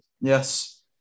Yes